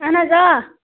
اہن حظ آ